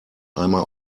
einmal